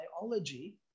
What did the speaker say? biology